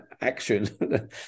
action